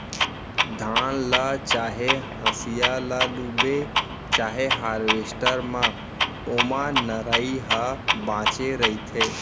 धान ल चाहे हसिया ल लूबे चाहे हारवेस्टर म ओमा नरई ह बाचे रहिथे